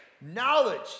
Knowledge